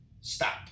stop